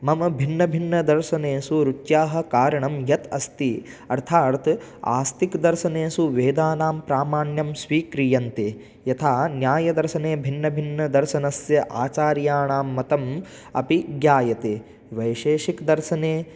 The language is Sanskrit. मम भिन्नभिन्नदर्शनेसु रुच्याः कारणं यत् अस्ति अर्थात् आस्तिकदर्शनेषु वेदानां प्रामाण्यं स्वीक्रियन्ते यथा न्यायदर्शने भिन्नभिन्नदर्शनस्य आचार्याणां मतम् अपि ज्ञायते वैशेषिकदर्शने